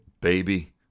baby